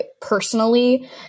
personally